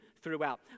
throughout